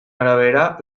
arabera